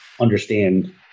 understand